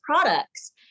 products